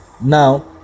now